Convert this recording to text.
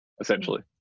essentially